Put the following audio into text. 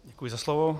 Děkuji za slovo.